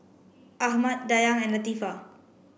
Ahmad Dayang and Latifa